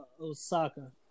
Osaka